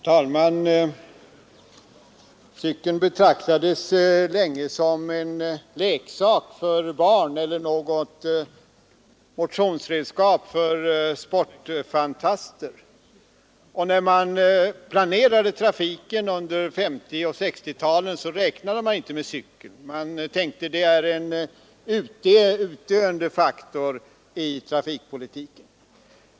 Herr talman! Cykeln betraktades länge som en leksak för barn eller som något motionsredskap för sportfantaster, och när man planerade trafiken under 1950 och 1960-talen räknade man inte med cykeln. Man tänkte: Det är en utdöende faktor i trafikpolitiken.